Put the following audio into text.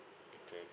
okay